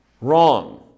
Wrong